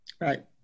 Right